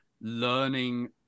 learning